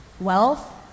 Wealth